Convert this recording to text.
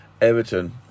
Everton